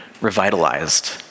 revitalized